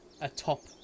atop